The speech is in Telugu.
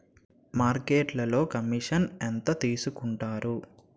మార్కెట్లో కమిషన్ ఎంత తీసుకొంటారు?